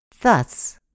thus